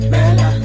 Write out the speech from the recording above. Bella